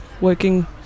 working